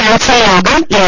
council യോഗം ഇന്ന്